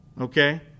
Okay